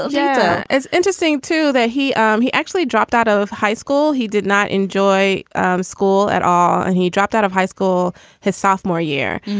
yeah it's interesting, too, that he um he actually dropped out of high school. he did not enjoy school at all and he dropped out of high school his sophomore year.